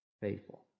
faithful